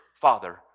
Father